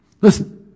Listen